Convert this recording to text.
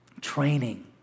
training